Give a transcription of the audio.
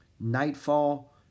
nightfall